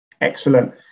Excellent